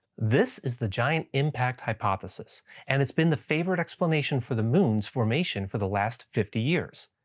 this is the giant impact hypothesis and it's been the favored explanation for the moon's formation for the last fifty years.